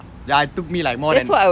ya it took me like more then